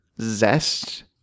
Zest